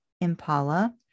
Impala